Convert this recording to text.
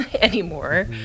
anymore